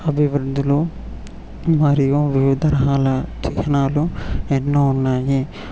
అభివృద్ధులు మరియు వివిధ రకాల చిహ్నాలు ఎన్నో ఉన్నాయి